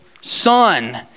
son